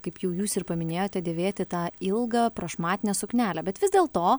kaip jau jūs ir paminėjote dėvėti tą ilgą prašmatnią suknelę bet vis dėl to